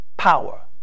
power